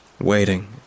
waiting